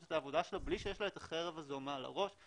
את העבודה שלה בלי שיש לה את החרב הזה מעל הראש.